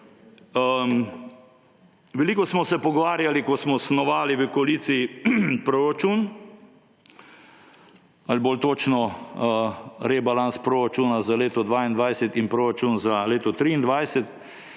Veliko smo se pogovarjali, ko smo snovali v koaliciji proračun ali, bolj točno, rebalans proračuna za leto 2022 in proračun za leto 2023